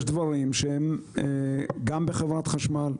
יש דברים שקשורים לחברת החשמל,